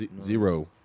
zero